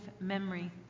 memory